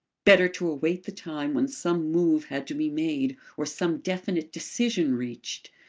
better to await the time when some move had to be made or some definite decision reached.